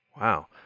Wow